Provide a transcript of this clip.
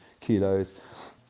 kilos